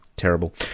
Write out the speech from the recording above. terrible